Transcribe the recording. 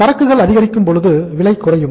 சரக்குகள் அதிகரிக்கும் பொழுது விலை குறையும்